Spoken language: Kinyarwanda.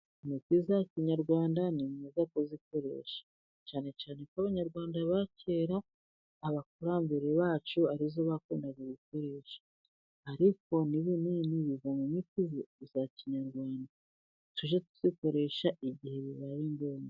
Imiti ya kinyarwanda ni myiza kuyikoresha. Cyane cyane ko abanyarwanda ba kera, abakurambere bacu ariyo bakundaga gukoresha. Ariko n'ibinini biva mu miti ya kinyarwanda, tujye tuyikoresha igihe bibaye ngombwa.